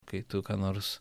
kai tu ką nors